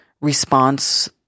response